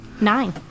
Nine